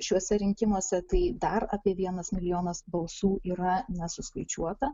šiuose rinkimuose tai dar apie vienas milijonas balsų yra nesuskaičiuota